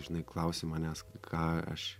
žinai klausi manęs ką aš